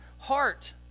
Heart